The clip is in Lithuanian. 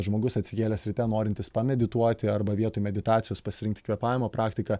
žmogus atsikėlęs ryte norintis pamedituoti arba vietoj meditacijos pasirinkti kvėpavimo praktiką